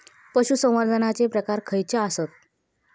पशुसंवर्धनाचे प्रकार खयचे आसत?